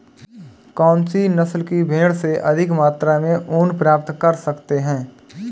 कौनसी नस्ल की भेड़ से अधिक मात्रा में ऊन प्राप्त कर सकते हैं?